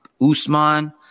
Usman